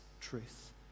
truth